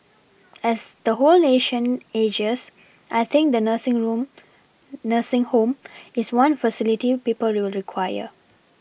as the whole nation ages I think the nursing room nursing home is one facility people will require